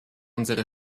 unsere